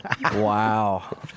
Wow